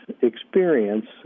experience